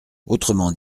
autrement